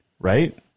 right